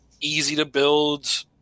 easy-to-build